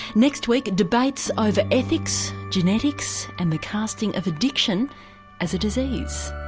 next week, debates over ethics, genetics and the casting of addiction as a disease.